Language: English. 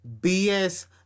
BS